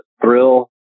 thrill